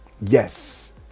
Yes